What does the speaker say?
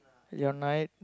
your night